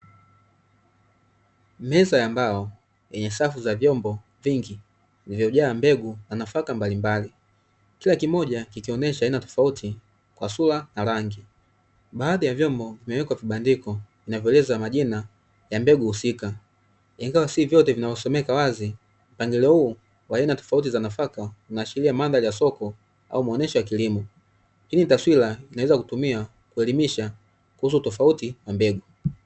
Ambayo yenye safu za vyombo vingi vilivyojaa mbegu za nafaka mbalimbali, kila kimoja kikionyesha aina tofauti kwa sura na rangi. Baadhi ya vyombo vimewekwa vibandiko vinavyoeleza majina ya mbegu husika, ingawa si vyote vinavyosomeka wazi. Pangilio huo wa aina tofauti za nafaka unaashiria mandhari ya soko au maonyesho ya kilimo, lakini taswira inaweza kutumika kuelimisha kuhusu tofauti za mbegu.